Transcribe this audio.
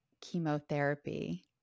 chemotherapy